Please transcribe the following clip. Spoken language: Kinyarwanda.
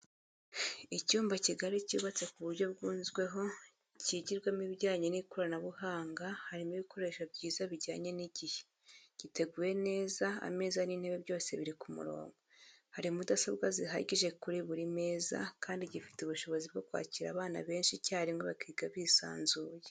Icyumba kigari cyubatse ku buryo bwugezweho kigirwamo ibijyanye n'ikoranabuhanga harimo ibikoresho byiza bijyanye n'igihe, giteguye neza ameza n'intebe byose biri ku murongo, hari mudasobwa zihagije kuri buri meza kandi gifite ubushobozi bwo kwakira abana benshi icyarimwe bakiga bisanzuye.